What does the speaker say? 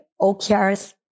OKRs